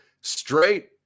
straight